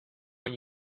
when